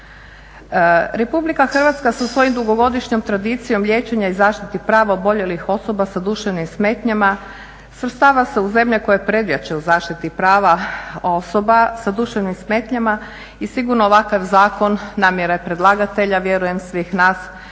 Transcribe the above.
Republika Hrvatska sa svojom dugogodišnjom tradicijom liječenja i zaštiti prava oboljelih osoba sa duševnim smetnjama svrstava se u zemlje koje prednjače u zaštiti prava osoba sa duševnim smetnjama i sigurno ovakav zakon namjera je predlagatelja, vjerujem svih nas